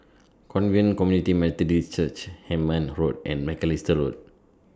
Covenant Community Methodist Church Hemmant Road and Macalister Road